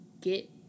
get